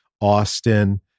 Austin